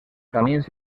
camins